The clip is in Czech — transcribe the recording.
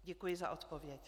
Děkuji za odpověď.